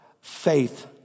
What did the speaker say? faith